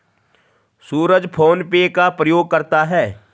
सूरज PhonePe का प्रयोग करता है